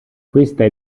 questa